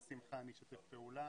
בשמחה אשתף פעולה.